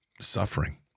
suffering